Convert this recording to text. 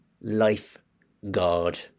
Lifeguard